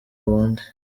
bundi